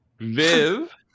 Viv